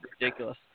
ridiculous